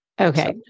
Okay